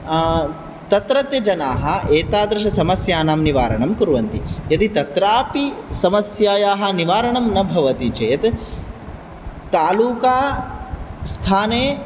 तत्रत्य जनाः एतादृश समस्यानां निवारणं कुर्वन्ति यदि तत्रापि समस्यायाः निवारणं न भवति चेत् तालुका स्थाने